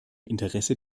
interesse